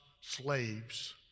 slaves